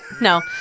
No